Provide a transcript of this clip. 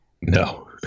No